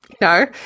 No